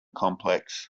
complex